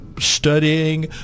Studying